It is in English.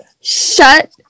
Shut